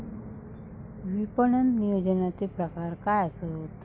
विपणन नियोजनाचे प्रकार काय आसत?